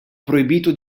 proibito